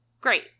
Great